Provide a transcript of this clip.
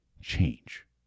change